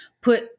put